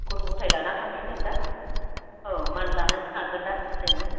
गथ' ग'थाय लाना थांसै जों दा औ मान लानांखागोन दा जोङो